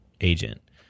agent